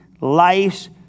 life's